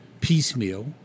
piecemeal